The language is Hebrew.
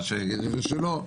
אחד יגיד שלא.